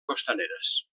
costaneres